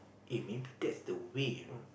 eh maybe that's the way you know